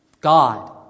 God